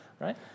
right